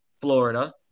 Florida